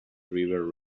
river